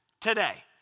Today